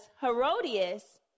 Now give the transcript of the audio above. Herodias